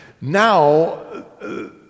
now